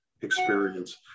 experience